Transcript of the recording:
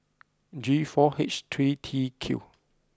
G four H three T Q